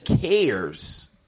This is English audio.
cares